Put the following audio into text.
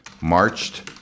marched